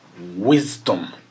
Wisdom